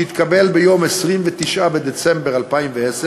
שהתקבל ביום 29 בדצמבר 2010,